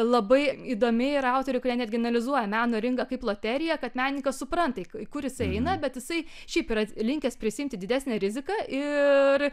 labai įdomi yra autorių kurie netgi analizuoja meno rinką kaip loteriją kad menininkas supranta kur jisai eina bet jisai šiaip yra linkęs prisiimti didesnę riziką ir